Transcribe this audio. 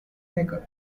maker